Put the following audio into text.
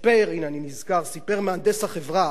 הנה אני נזכר, סיפר מהנדס החברה